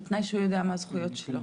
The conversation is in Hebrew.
בתנאי שהוא יודע מה הזכויות שלו.